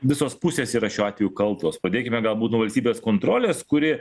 visos pusės yra šiuo atveju kaltos padėkime galbūt valstybės kontrolės kuri